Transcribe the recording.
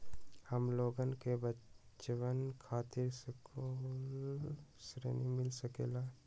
हमलोगन के बचवन खातीर सकलू ऋण मिल सकेला?